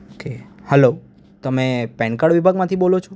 okay hello તમે PAN card વિભાગમાંથી બોલો છો